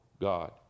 God